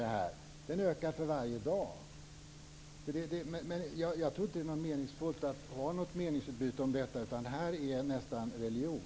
Den ökar nämligen för varje dag som går. Jag tror dock att det inte är meningsfullt att ha ett meningsutbyte om detta. Det här är ju nästan religion.